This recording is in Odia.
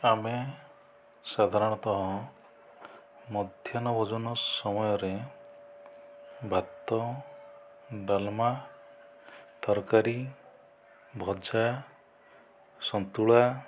ଆମେ ସାଧାରଣତଃ ମଧ୍ୟାନ ଭୋଜନ ସମୟରେ ଭାତ ଡାଲ୍ମା ତରକାରୀ ଭଜା ସନ୍ତୁଳା